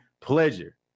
pleasure